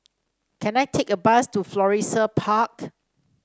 can I take a bus to Florissa Park